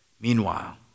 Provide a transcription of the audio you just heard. Meanwhile